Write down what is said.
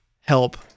help